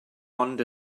ond